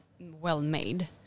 well-made